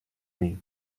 mean